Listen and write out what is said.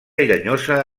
llenyosa